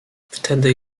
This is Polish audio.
wtedy